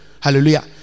Hallelujah